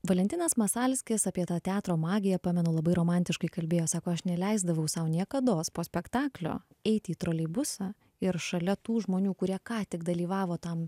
valentinas masalskis apie to teatro magiją pamenu labai romantiškai kalbėjo sako aš neleisdavau sau niekados po spektaklio eiti į troleibusą ir šalia tų žmonių kurie ką tik dalyvavo tam